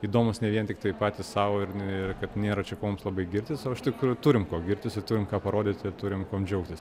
įdomūs ne vien tiktai patys sau ir kad nėra čia mums labai girtis o iš tikro turim ko girtis ir turim ką parodyti ir turim kuom džiaugtis